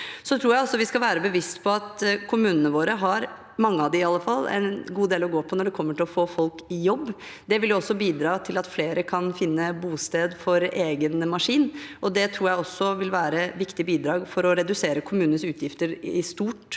vi skal være bevisst på at kommunene våre – mange av dem, i alle fall – har en god del å gå på når det kommer til å få folk i jobb. Det vil også bidra til at flere kan finne bosted for egen maskin. Det tror jeg vil være et viktig bidrag for å redusere kommunenes utgifter i stort